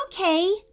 Okay